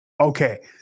Okay